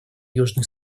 южный